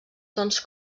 tons